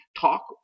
talk